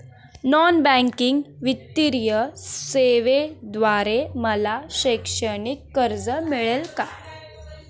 Non banking वित्तीय सेवेद्वारे मला शैक्षणिक कर्ज मिळेल का?